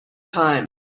time